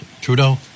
Trudeau